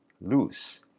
lose